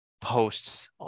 posts